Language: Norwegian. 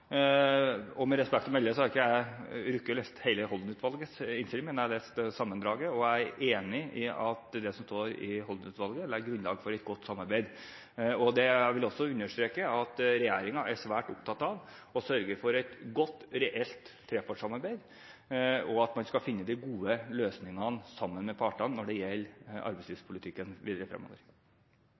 Med respekt å melde har jeg ikke rukket å lese hele Holden-utvalgets innstilling, men jeg har lest sammendraget, og jeg er enig i at det som står i den innstillingen, legger grunnlaget for et godt samarbeid. Jeg vil også understreke at regjeringen er svært opptatt av å sørge for et godt, reelt trepartssamarbeid, og at man skal finne de gode løsningene sammen med partene når det gjelder arbeidslivspolitikken videre fremover.